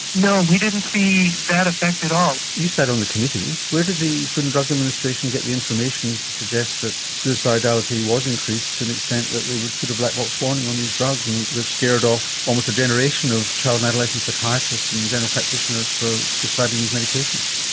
no we didn't see that effect at all. you sat on the committee. where did the food and drug administration get the information to suggest that suicidality was increased to an extent that they would put a black box warning on these drugs and they've scared off almost a generation of child and adolescent psychiatrists and general practitioners from prescribing these medications?